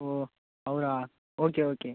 ஓ அவரா okay okay